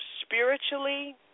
spiritually